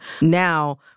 Now